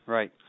Right